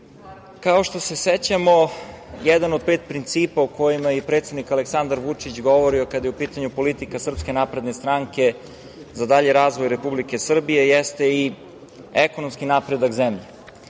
kao što se sećamo, jedan od pet principa o kojima je predsednik Aleksandar Vučić govorio kada je u pitanju politika SNS za dalji razvoj Republike Srbije jeste i ekonomski napredak zemlje. Inače,